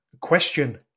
question